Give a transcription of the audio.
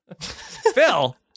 Phil